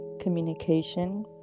communication